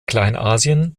kleinasien